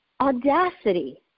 audacity